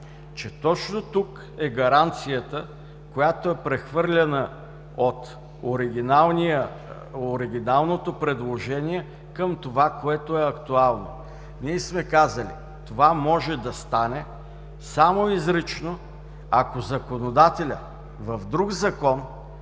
че точно тук е гаранцията, която е прехвърлена от оригиналното предложение към актуалното. Ние сме казали, че това може да стане само изрично, ако законодателят в друг закон